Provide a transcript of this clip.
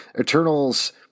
Eternals